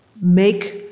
make